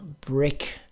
Brick